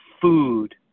food